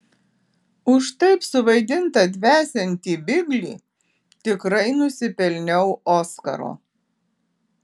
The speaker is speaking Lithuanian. už taip suvaidintą dvesiantį biglį tikrai nusipelniau oskaro